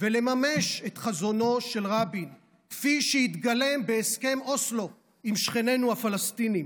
ולממש את חזונו של רבין כפי שהתקיים בהסכם אוסלו עם שכנינו הפלסטינים.